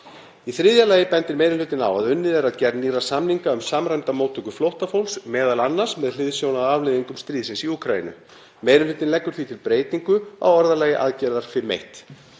Í þriðja lagi bendir meiri hlutinn á að unnið er að gerð nýrra samninga um samræmda móttöku flóttafólks m.a. með hliðsjón af afleiðingum stríðsins í Úkraínu. Meiri hlutinn leggur því til breytingu á orðalagi aðgerðar 5.1.